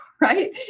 Right